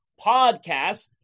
podcast